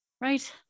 Right